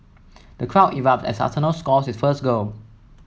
the crowd erupts as Arsenal score its first goal